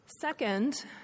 Second